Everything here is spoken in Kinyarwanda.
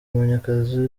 munyakazi